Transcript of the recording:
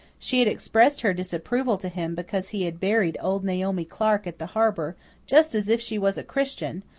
she had expressed her disapproval to him because he had buried old naomi clark at the harbour just as if she was a christian,